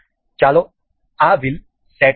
ચાલો આ wheel set કરીએ